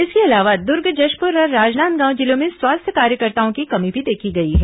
इसके अलावा दुर्ग जशपुर और राजनांदगांव जिलों में स्वास्थ्य कार्यकर्ताओं की कमी भी देखी गई है